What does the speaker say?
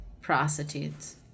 prostitutes